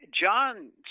John